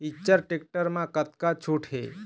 Eicher tractor म कतका छूट हे?